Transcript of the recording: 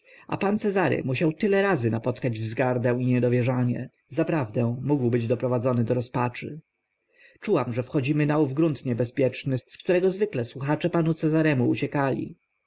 grzecznościowy pan waćpan zwierciadlana zagadka tyle razy napotykać wzgardę i niedowierzanie zaprawdę mógł być doprowadzony do rozpaczy czułam że wchodzimy na ów grunt niebezpieczny z którego zwykle słuchacze panu cezaremu uciekali